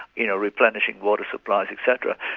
you know replenishing water supplies etc.